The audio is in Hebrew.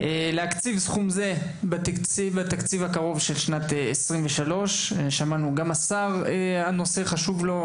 להקציב סכום זה בתקציב הקרוב של 2023. שמענו שהנושא חשוב גם לשר,